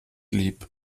lieb